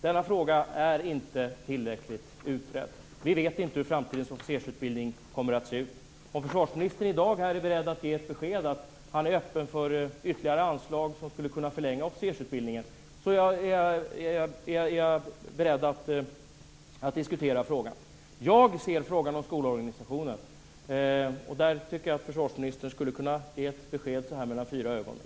Denna fråga är inte tillräckligt utredd. Vi vet inte hur framtidens officersutbildning kommer att se ut. Om försvarsministern i dag kan ge ett besked om att han är öppen för ytterligare anslag som skulle kunna förlänga officersutbildningen är jag beredd att diskutera frågan. Jag har en fråga om skolorganisationen. Jag tycker att försvarsministern skulle kunna ge ett besked så här mellan fyra ögon.